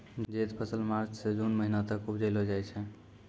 जैद फसल मार्च सें जून महीना तक उपजैलो जाय छै